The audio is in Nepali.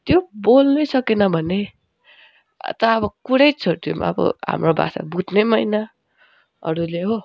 त्यो बोल्नै सकेन भने त अब कुरै छोडिदियौँ अब हाम्रो भाषा बुझ्ने पनि होइन अरूले हो